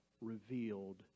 revealed